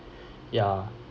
ya